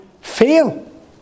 fail